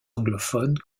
anglophones